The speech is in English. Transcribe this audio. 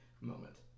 moment